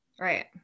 Right